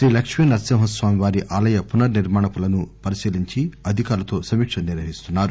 శ్రీ లక్ష్మీ నరసింహస్నామి వారి ఆలయ పునర్ నిర్మాణ పనులను పరిశీలించి అధికారులతో సమీక్ష నిర్వహిస్తున్నారు